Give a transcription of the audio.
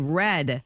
red